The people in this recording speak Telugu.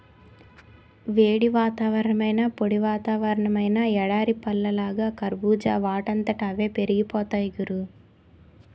వేడి వాతావరణమైనా, పొడి వాతావరణమైనా ఎడారి పళ్ళలాగా కర్బూజా వాటంతట అవే పెరిగిపోతాయ్ గురూ